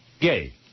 gay